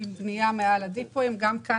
גם כאן,